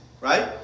right